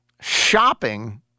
shopping